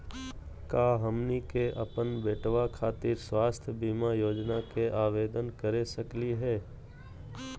का हमनी के अपन बेटवा खातिर स्वास्थ्य बीमा योजना के आवेदन करे सकली हे?